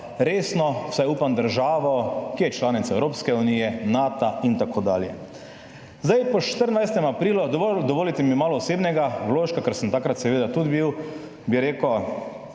resno, vsaj upam, državo, ki je članica Evropske unije, Nata in tako dalje. Zdaj, po 14. aprilu - dovolite mi malo osebnega vložka, ker sem takrat seveda tudi bil, bi rekel,